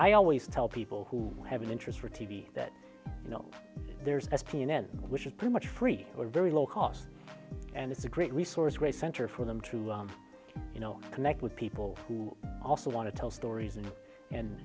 i always tell people who have an interest or t v that you know there's t n n which is pretty much free or very low cost and it's a great resource great center for them to you know connect with people who also want to tell stories and and